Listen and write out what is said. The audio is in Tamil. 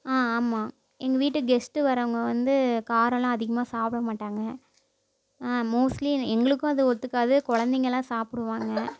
ஆ ஆமாம் எங்கள் வீட்டு கெஸ்ட்டு வரவங்க வந்து காரலாம் அதிகமாக சாப்பிட மாட்டாங்க ஆ மோஸ்ட்லீ எங்களுக்கும் அது ஒத்துக்காது குழந்தைங்கலாம் சாப்பிடுவாங்க